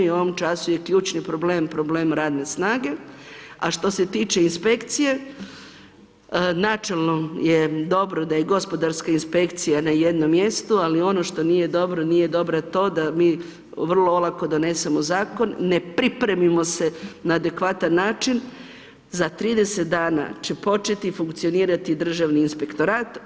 U ovom času je ključni problem, problem radne snage, a što se tiče inspekcije, načelno je dobro da je gospodarska inspekcija na jednom mjestu, ali ono što nije dobro nije dobro to da mi vrlo olako donesemo zakon, ne pripremimo se na adekvatan način, za 30 dana će početi funkcionirati Državni inspektorat.